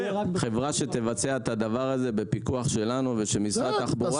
שתהיה חברה שתבצע את הדבר הזה בפיקוח שלנו ושל משרד התחבורה.